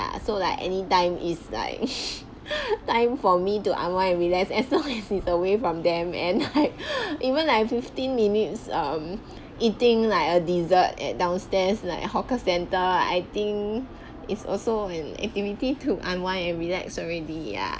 so like anytime is like time for me to unwind and relax as long as it's away from them and like even like fifteen minutes I'm eating like a dessert at downstairs like hawker centre I think is also an activity to unwind and relax already ya